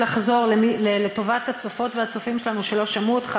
לחזור לטובת הצופות והצופים שלנו שלא שמעו אותך,